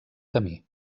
camí